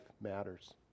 matters